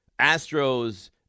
Astros